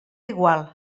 igual